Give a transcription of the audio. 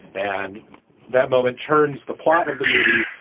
and that moment turns the plot of the movie,